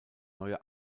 neue